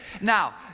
Now